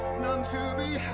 none to be